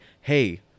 Hey